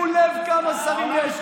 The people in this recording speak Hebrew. אני לא מבין איך שר הכלכלה מטיף,